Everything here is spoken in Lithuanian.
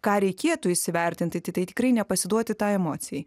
ką reikėtų įsivertinti tai tikrai nepasiduoti tai emocijai